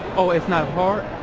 oh, it's not hard?